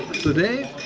today,